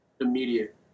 immediate